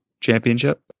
championship